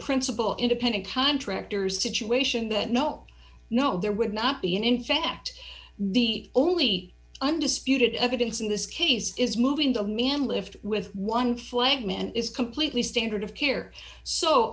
principle independent contractors situation that no no there would not be and in fact the only undisputed evidence in this case is moving the man lift with one flagman is completely standard